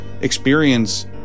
experience